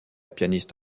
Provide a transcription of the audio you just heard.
pianiste